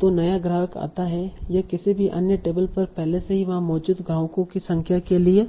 तो नया ग्राहक आता है यह किसी भी अन्य टेबल पर पहले से ही वहां मौजूद ग्राहकों की संख्या के लिए